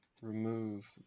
remove